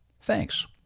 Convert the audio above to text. Thanks